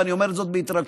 ואני אומר זאת בהתרגשות,